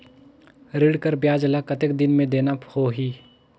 ऋण कर ब्याज ला कतेक दिन मे देना होही?